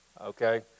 okay